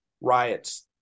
riots